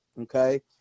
Okay